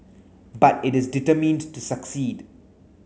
but it is determined to succeed